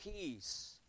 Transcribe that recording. peace